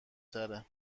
تره